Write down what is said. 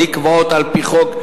נקבעות על-פי חוק,